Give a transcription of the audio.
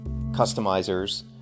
customizers